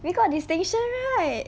we got distinction right